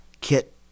Kit